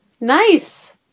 Nice